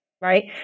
right